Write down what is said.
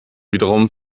wiederum